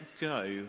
go